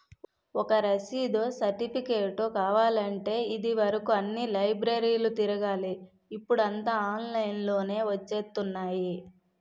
ఒక రసీదో, సెర్టిఫికేటో కావాలంటే ఇది వరుకు అన్ని లైబ్రరీలు తిరగాలి ఇప్పుడూ అంతా ఆన్లైన్ లోనే వచ్చేత్తున్నాయి